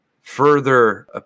further